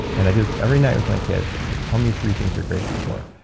and i just every night with my kids, it's like, tell me three things you're grateful for,